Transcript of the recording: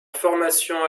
formation